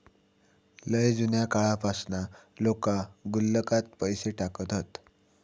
लय जुन्या काळापासना लोका गुल्लकात पैसे टाकत हत